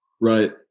Right